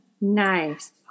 nice